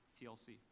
TLC